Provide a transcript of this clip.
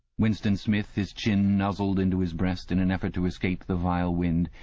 winston smith, his chin nuzzled into his breast in an effort to escape the vile wind,